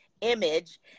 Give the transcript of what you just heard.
Image